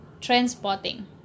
transporting